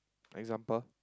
example